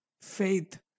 faith